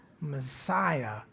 Messiah